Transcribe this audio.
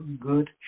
good